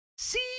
See